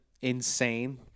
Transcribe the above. insane